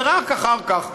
ורק אחר כך,